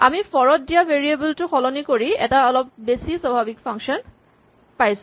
আমি ফৰ ত দিয়া ভেৰিয়েবল টো সলনি কৰি এটা অলপ বেছি স্বাভাৱিক ফাংচন পাইছো